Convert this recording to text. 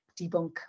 debunk